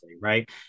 Right